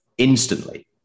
Instantly